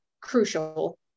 crucial